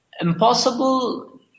impossible